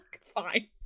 fine